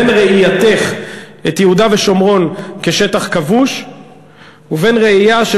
בין ראייתך את יהודה ושומרון כשטח כבוש ובין ראייתם של